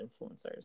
influencers